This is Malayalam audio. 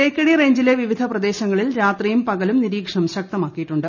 തേക്കടി റേഞ്ചിലെ വിവിധ പ്രദേശങ്ങളിൽ രാത്രിയും പകലും നിരീക്ഷണം ശക്തമാക്കിയിട്ടുണ്ട്